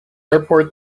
airport